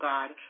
God